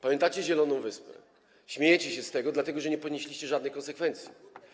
Pamiętacie zieloną wyspę, śmiejecie się z tego, dlatego że nie ponieśliście żadnych konsekwencji.